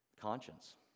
Conscience